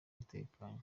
utekanye